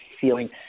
feeling